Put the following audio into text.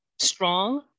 strong